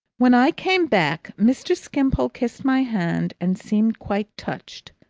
when i came back, mr. skimpole kissed my hand and seemed quite touched.